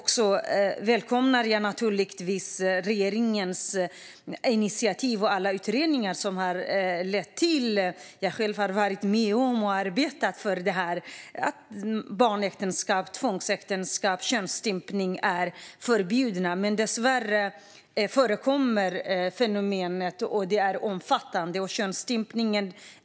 Jag välkomnar naturligtvis regeringens initiativ och alla utredningar som har lett till att barnäktenskap, tvångsäktenskap och könsstympning är förbjudna - jag har själv varit med och arbetat för det. Men dessvärre förekommer fenomenet. Och det är omfattande.